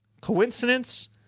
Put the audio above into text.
Coincidence